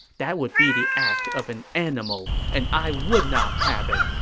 that would be the act of an animal, and i would not have it!